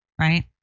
Right